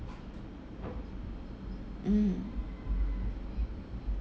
mm